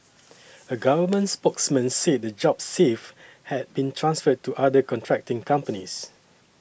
a government spokesman said the jobs saved had been transferred to other contracting companies